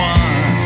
one